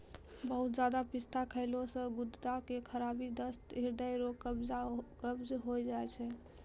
बहुते ज्यादा पिस्ता खैला से गुर्दा के खराबी, दस्त, हृदय रोग, कब्ज होय छै